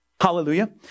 Hallelujah